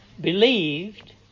believed